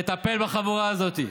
תטפל בחבורה הזאת.